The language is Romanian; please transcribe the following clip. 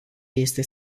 este